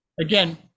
Again